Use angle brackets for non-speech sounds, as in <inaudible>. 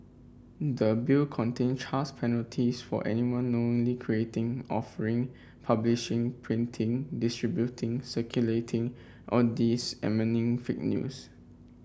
the Bill contain <unintelligible> penalties for anyone knowingly creating offering publishing printing distributing circulating or <unintelligible> fake news